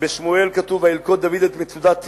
בשמואל כתוב: וילכוד דוד את מצודת ציון,